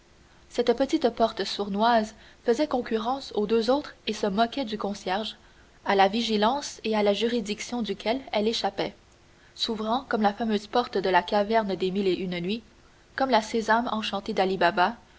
cette petite porte sournoise faisait concurrence aux deux autres et se moquait du concierge à la vigilance et à la juridiction duquel elle échappait s'ouvrant comme la fameuse porte de la caverne des mille et une nuits comme la sésame enchantée dali baba